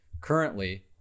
Currently